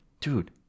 Dude